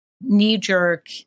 knee-jerk